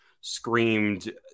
screamed